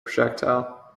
projectile